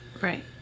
Right